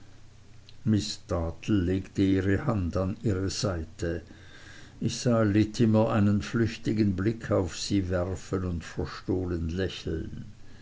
miß dartle legte ihre hand an ihre seite ich sah littimer einen flüchtigen blick auf sie werfen und verstohlen lächeln